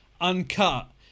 uncut